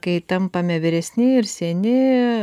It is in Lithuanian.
kai tampame vyresni ir seni